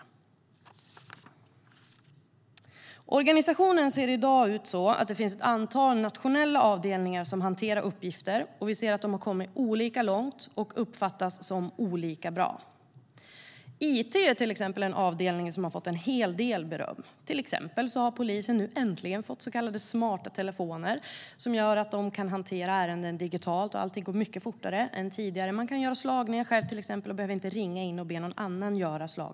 I organisationen finns i dag ett antal nationella avdelningar som hanterar uppgifter, och vi ser att de kommit olika långt och uppfattas som olika bra. It är en avdelning som har fått en hel del beröm. Till exempel har poliserna nu äntligen fått så kallade smarta telefoner som gör att de kan hantera ärenden digitalt. Allt går mycket fortare än tidigare. De kan till exempel själva göra slagningar och behöver inte ringa in och be någon annan att göra det.